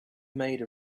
made